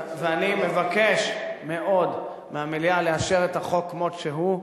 ואני מבקש מאוד מהמליאה לאשר את החוק כמות שהוא,